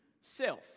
self